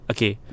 Okay